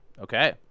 Okay